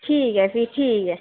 ठीक ऐ फ्ही ठीक ऐ